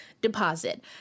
deposit